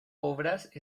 obras